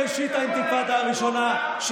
בראשית האינתיפאדה הראשונה,